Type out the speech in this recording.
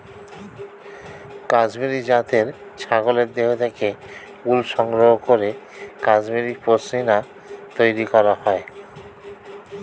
কাশ্মীরি জাতের ছাগলের দেহ থেকে উল সংগ্রহ করে কাশ্মীরি পশ্মিনা তৈরি করা হয়